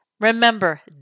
Remember